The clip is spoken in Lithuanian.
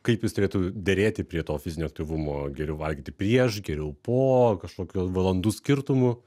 kaip jis turėtų derėti prie to fizinio aktyvumo geriau valgyti prieš geriau po kažkokio valandų skirtumu